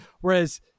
whereas